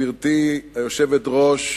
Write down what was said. גברתי היושבת-ראש